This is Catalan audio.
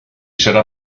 serà